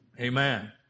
Amen